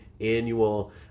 annual